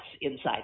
inside